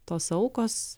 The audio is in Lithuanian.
tos aukos